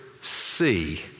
see